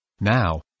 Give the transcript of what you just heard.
Now